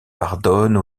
pardonne